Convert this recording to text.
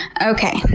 okay.